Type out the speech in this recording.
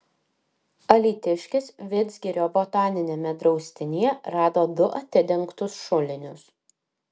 alytiškis vidzgirio botaniniame draustinyje rado du atidengtus šulinius